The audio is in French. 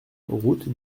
route